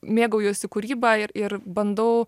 mėgaujuosi kūryba ir ir bandau